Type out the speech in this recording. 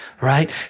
Right